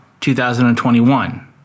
2021